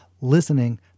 Listening